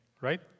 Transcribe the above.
right